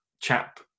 chap